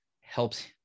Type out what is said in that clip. helps